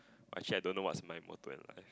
actually I don't know what's my motto in life